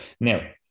now